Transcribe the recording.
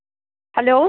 hello السلام علیکُم